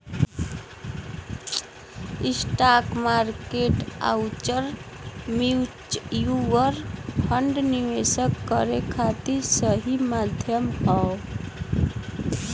stock market आउर mutual fund निवेश करे खातिर सही माध्यम हौ